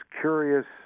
curious